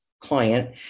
client